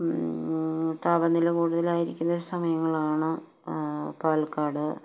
താപനില കൂടുതലായിരിക്കുന്ന സമയങ്ങളാണ് പാലക്കാട്